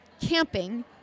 camping